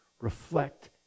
reflect